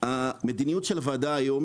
המדיניות של הוועדה היום,